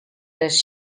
les